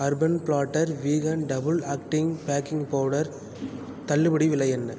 urban Platter vegan double acting baking powder தள்ளுபடி விலை என்ன